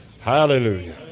hallelujah